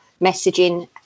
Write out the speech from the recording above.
messaging